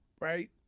Right